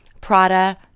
Prada